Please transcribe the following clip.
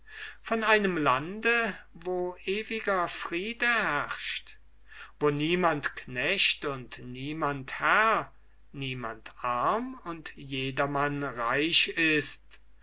von einem lande wo ewiger friede herrscht wo niemand knecht und niemand herr niemand arm und jedermann reich ist